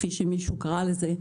כפי שמישהו קרא לזה,